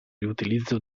riutilizzo